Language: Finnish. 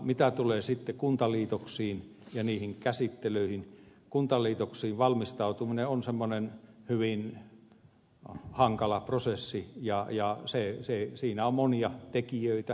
mitä tulee sitten kuntaliitoksiin ja niiden käsittelyihin kuntaliitoksiin valmistautuminen on semmoinen hyvin hankala prosessi ja siinä on monia tekijöitä